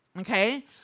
okay